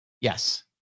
Yes